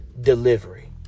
delivery